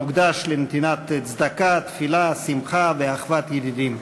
המוקדש לנתינת צדקה, תפילה, שמחה ואחוות ידידים.